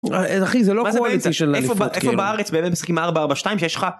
אחי זה לא כואב איפה בארץ משחקים ארבע ארבע שתיים שיש לך.